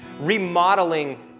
remodeling